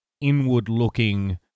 inward-looking